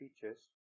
features